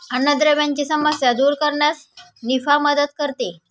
अन्नद्रव्यांची समस्या दूर करण्यास निफा मदत करते